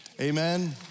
Amen